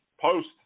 post